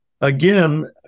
again